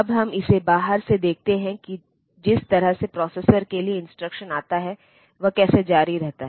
अब हम इसे बाहर से देखते हैं कि जिस तरह से प्रोसेसर के लिए इंस्ट्रक्शन आता है वह कैसे जारी रहता है